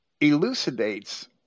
elucidates